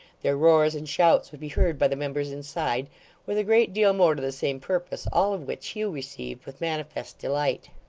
their roars and shouts would be heard by the members inside with a great deal more to the same purpose, all of which hugh received with manifest delight.